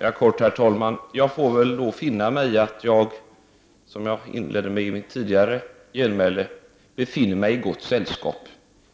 Herr talman! Jag vill helt kort tillägga att jag väl får finna mig i att jag, som jag sagt i ett tidigare anförande, befinner mig i ett gott sällskap.